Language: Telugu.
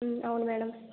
అవును మేడం